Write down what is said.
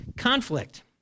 conflict